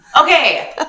Okay